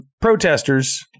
protesters